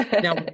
now